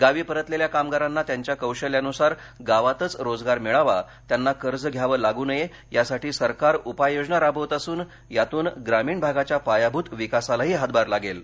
गावी परतलेल्या कामगारांना त्यांच्या कौशल्यानुसार गावातच रोजगार मिळावा त्यांना कर्ज घ्यावं लागू नये यासाठी सरकार उपाययोजना राबवत असून यातून ग्रामीण भागाच्या पायाभूत विकासालाही हातभार लागेल